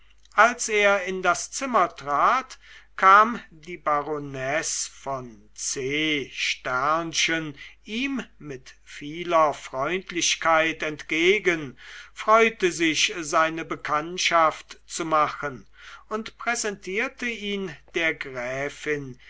als er in das zimmer trat kam die baronesse von c ihm mit vieler freundlichkeit entgegen freute sich seine bekanntschaft zu machen und präsentierte ihn der gräfin